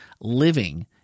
living